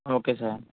okay sir